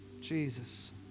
Jesus